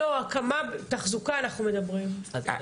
אנחנו מדברים על התחזוקה.